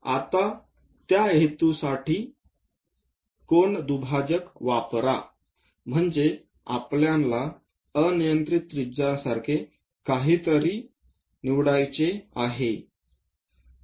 आता त्या हेतूसाठी कोन दुभाजक वापरा म्हणजे आपल्याला अनियंत्रित त्रिज्यासारखे काहीतरी निवडायचे आहे